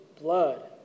blood